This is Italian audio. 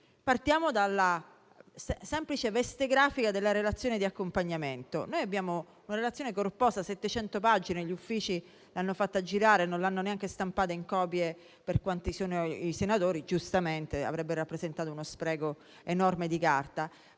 Partiamo dalla semplice veste grafica della relazione di accompagnamento, che è corposa, di 700 pagine. Gli Uffici l'hanno fatta girare e non l'hanno neanche stampata in copie per tutti quanti i senatori (giustamente, perché avrebbe rappresentato uno spreco enorme di carta).